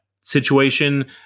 situation